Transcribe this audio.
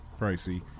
Pricey